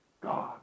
God